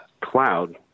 cloud